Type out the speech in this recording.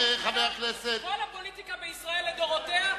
אתם התרגיל המסריח של כל הפוליטיקה בישראל לדורותיה.